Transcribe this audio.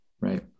right